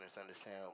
Understand